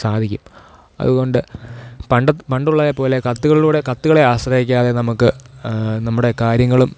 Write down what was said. സാധിക്കും അതുകൊണ്ട് പണ്ട് പണ്ടുള്ളവരെ പോലെ കത്തുകളിലൂടെ കത്തുകളെ ആശ്രയിക്കാതെ നമുക്ക് നമ്മുടെ കാര്യങ്ങളും